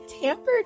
tampered